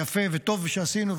יפה וטוב שעשינו,